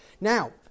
Now